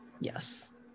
yes